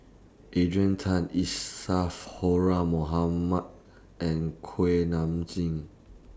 Adrian Tan Isadhora Mohamed and Kuak Nam Jin